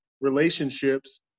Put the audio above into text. relationships